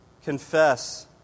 confess